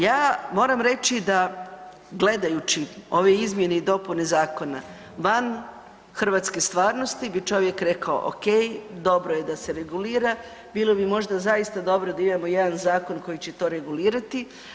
Ja moram reći da gledajući ove izmjene i dopune zakona van hrvatske stvarnosti bi čovjek rekao okej dobro je da se regulira, bilo bi možda zaista dobro da imamo jedan zakon koji će to regulirati.